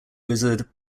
wizard